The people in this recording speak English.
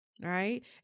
Right